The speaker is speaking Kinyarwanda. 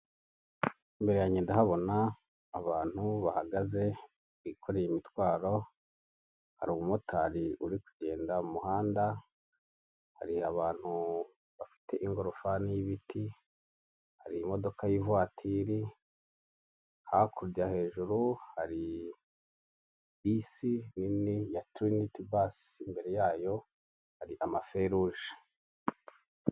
Imbere yanjye ndahabona abantu bahagaze bikoreye imitwaro, hari umumotari uri kugenda mu muhanda, hari abantu bafite ingorofani y'ibiti, hari imodoka y'ivatiri, hakurya hejuru hari bisi nini ya tiriniti basi, imbere yayo hari amaferuje.